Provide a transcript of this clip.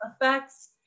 effects